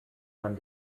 man